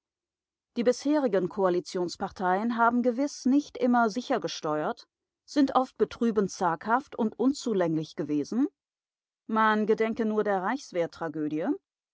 die bisherigen koalitionsparteien haben gewiß nicht immer sicher gesteuert sind oft betrübend zaghaft und unzulänglich gewesen man gedenke nur der